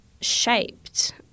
shaped